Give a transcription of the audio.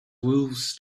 wolves